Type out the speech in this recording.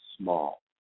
small